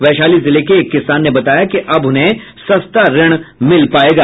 वैशाली जिले के एक किसान ने बताया कि अब उन्हें सस्ता ऋण मिल पायेगा